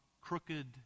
crooked